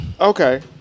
Okay